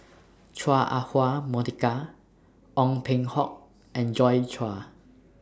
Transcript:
Chua Ah Huwa Monica Ong Peng Hock and Joi Chua